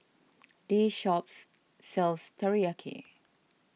this shop sells Teriyaki